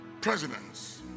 presidents